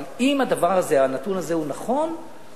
אבל אם הנתון הזה הוא נכון,